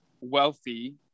wealthy